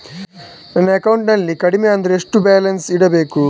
ನನ್ನ ಅಕೌಂಟಿನಲ್ಲಿ ಕಡಿಮೆ ಅಂದ್ರೆ ಬ್ಯಾಲೆನ್ಸ್ ಎಷ್ಟು ಇಡಬೇಕು?